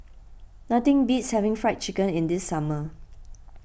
nothing beats having Fried Chicken in the summer